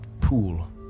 pool